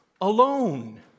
alone